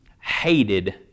hated